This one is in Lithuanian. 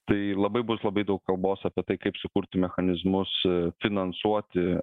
tai labai bus labai daug kalbos apie tai kaip sukurti mechanizmus finansuoti